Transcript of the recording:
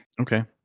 Okay